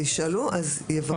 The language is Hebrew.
יבררו ויזינו.